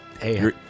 hey